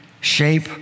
shape